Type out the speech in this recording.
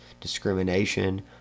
discrimination